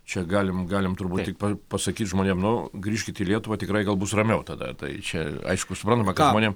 čia galim galim turbūt tik pasakyt žmonėm nu grįžkit į lietuvą tikrai gal bus ramiau tada tai čia aišku suprantama kad žmonėm